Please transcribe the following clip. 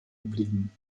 geblieben